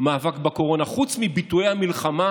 "מאבק בקורונה" חוץ מביטויי המלחמה